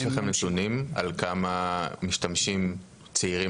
יש לכם נתונים על כמה משתמשים צעירים